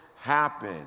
happen